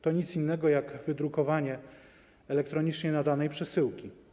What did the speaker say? To nic innego jak wydrukowanie elektronicznie nadanej przesyłki.